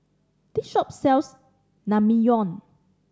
this shop sells Naengmyeon